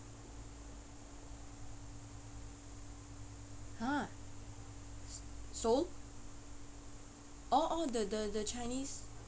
!huh! s~ soul orh orh the the the chinese